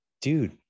Dude